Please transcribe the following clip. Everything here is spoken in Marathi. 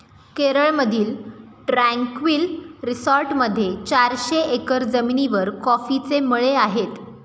केरळमधील ट्रँक्विल रिसॉर्टमध्ये चारशे एकर जमिनीवर कॉफीचे मळे आहेत